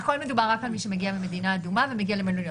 הכול מדובר על מי שמגיע ממדינה אדומה ומגיע למלוניות.